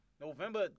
November